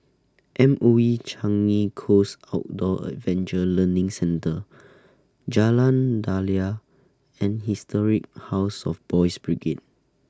M O E Changi Coast Outdoor Adventure Learning Centre Jalan Daliah and Historic House of Boys' Brigade